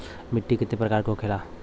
मिट्टी कितने प्रकार के होखेला?